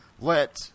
let